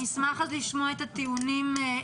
נשמח לשמוע את הטיעונים.